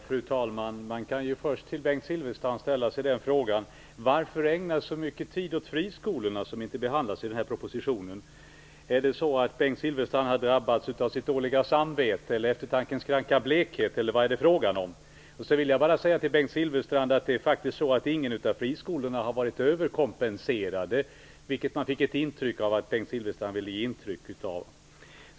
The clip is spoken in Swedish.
Fru talman! Man kan först till Bengt Silfverstrand ställa frågan: Varför ägna så mycket tid åt friskolorna, som inte behandlas i den här propositionen? Har Bengt Silfverstrand drabbats av sitt dåliga samvete eller av eftertankens kranka blekhet, eller vad är det fråga om? Jag vill också bara säga till Bengt Silfverstrand att ingen av friskolorna har varit överkompenserad, något som det verkade som om Bengt Silfverstrand ville ge intryck av.